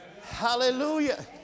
Hallelujah